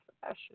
fashion